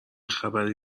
خبری